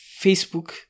Facebook